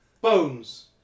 Bones